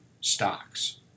stocks